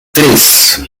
três